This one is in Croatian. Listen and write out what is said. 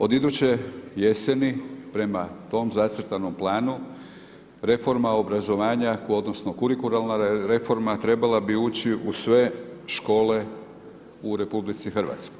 Od iduće jeseni, prema tom zacrtanom planu, reforma obrazovanja, odnosno, kurikularna reforma, trebala bi ući u sve škole u RH.